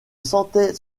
sentait